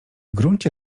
gruncie